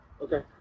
okay